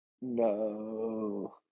No